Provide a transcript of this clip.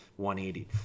180